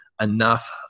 enough